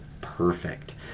perfect